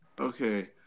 Okay